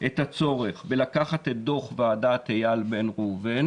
את הצורך בלקחת את דוח ועדת איל בן ראובן